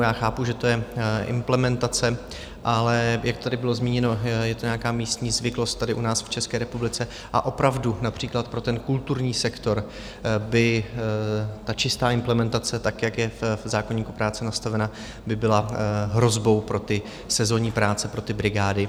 Já chápu, že to je implementace, ale jak tady bylo zmíněno, je to nějaká místní zvyklost tady u nás v České republice, a opravdu například pro ten kulturní sektor by ta čistá implementace, tak jak je v zákoníku práce nastavena, byla hrozbou pro ty sezónní práce, pro ty brigády.